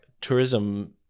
tourism